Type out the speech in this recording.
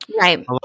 right